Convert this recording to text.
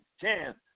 chance